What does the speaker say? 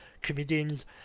Comedians